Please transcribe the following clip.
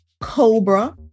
Cobra